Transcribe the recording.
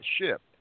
ship